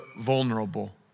vulnerable